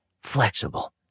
flexible